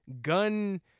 gun